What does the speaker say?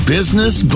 Business